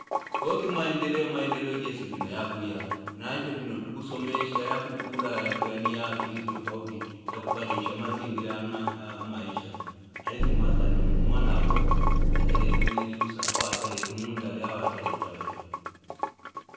Kwa hiki maendeleo maendeleo jensi binu ya kuya, na anche binu tuku sumesha, ya kukula, ya kuyaniya, kili tufauti, ya kubadisha mazi ingile ya maisha. Alichumazano, mwanako, ataletu mnyachusa, awa ataletu mundali, awa ataletaweni.